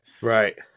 right